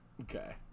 Okay